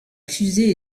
fusée